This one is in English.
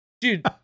dude